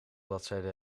bladzijde